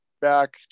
back